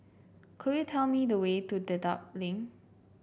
could you tell me the way to Dedap Link